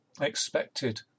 expected